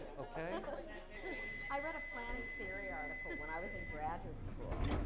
okay? and i read a planning theory article when i was in graduate school,